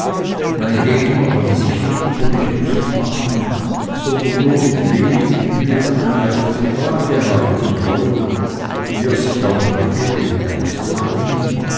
mein gegner hatte sich nicht über mich lustig machen sondern nur mit wenig mühe meinem eifer die waage halten wollen wie er sich auch nachher in ernsteren dingen